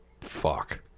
Fuck